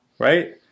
right